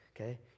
okay